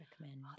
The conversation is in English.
recommend